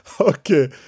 Okay